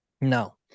no